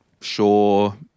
sure